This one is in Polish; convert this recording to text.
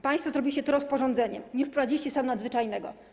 Państwo zrobiliście to rozporządzeniem, nie wprowadziliście stanu nadzwyczajnego.